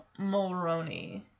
mulroney